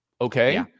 okay